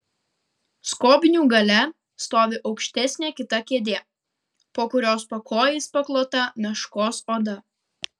skobnių gale stovi aukštesnė kita kėdė po kurios pakojais paklota meškos oda